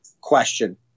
question